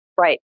Right